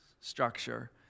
structure